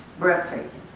breathtaking.